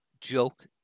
joke